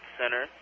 center